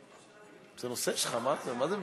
זה נושא שלך, מה זה מוותר?